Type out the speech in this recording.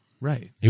Right